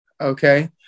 okay